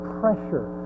pressure